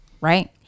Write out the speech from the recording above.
Right